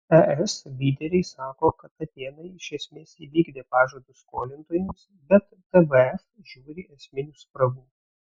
es lyderiai sako kad atėnai iš esmės įvykdė pažadus skolintojams bet tvf įžiūri esminių spragų